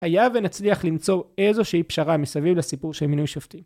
היה ונצליח למצוא איזושהי פשרה מסביב לסיפור של מינוי שופטים.